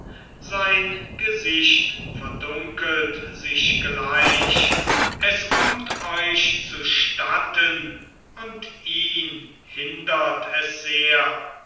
sein gesicht verdunkelt sich gleich es kommt euch zustatten und ihn hindert es sehr